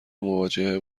مواجهه